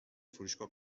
فروشگاه